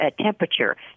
temperature